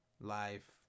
life